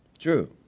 true